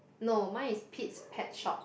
no mine is Pete's Pet Shop